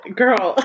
girl